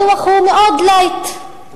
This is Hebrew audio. הדוח הוא מאוד "לייט",